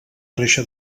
reixa